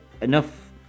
enough